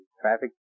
traffic